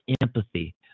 empathy